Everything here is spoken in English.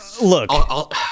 Look